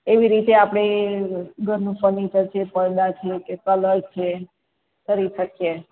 એવી રીતે આપણે ઘરનું ફર્નિચર છે પડદા છે કે કલર છે કરી શકીએ